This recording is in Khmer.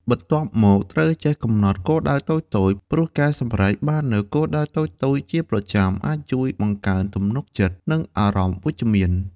បន្ទាប់មកត្រូវចេះកំណត់គោលដៅតូចៗ ព្រោះការសម្រេចបាននូវគោលដៅតូចៗជាប្រចាំ អាចជួយបង្កើនទំនុកចិត្ត និងអារម្មណ៍វិជ្ជមាន។